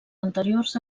anteriors